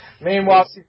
Meanwhile